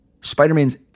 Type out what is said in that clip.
Spider-Man's